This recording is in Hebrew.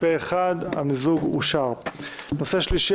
הצבעה הבקשה למיזוג שני החוקים נתקבלה.